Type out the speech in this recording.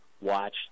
watch